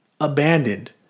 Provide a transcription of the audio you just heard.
abandoned